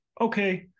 okay